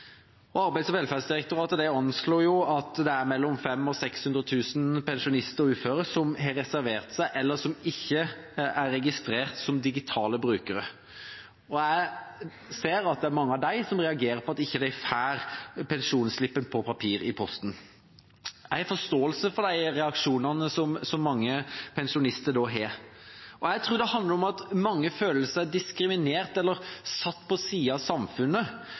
Arbeids- og velferdsdirektoratet anslår at det er mellom 500 000 og 600 000 pensjonister og uføre som har reservert seg, eller som ikke er registrert som digitale brukere. Jeg ser at det er mange av dem som reagerer på at de ikke får pensjonsslippen på papir i posten. Jeg har forståelse for de reaksjonene som mange pensjonister har, og jeg tror det handler om at mange føler seg diskriminert eller satt på siden av samfunnet